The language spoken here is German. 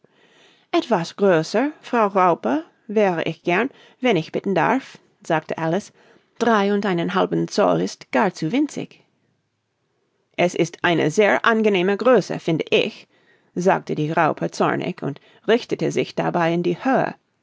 etwas größer frau raupe wäre ich gern wenn ich bitten darf sagte alice drei und einen halben zoll ist gar zu winzig es ist eine sehr angenehme größe finde ich sagte die raupe zornig und richtete sich dabei in die höhe